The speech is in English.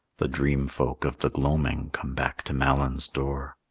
the dream-folk of the gloaming come back to malyn's door.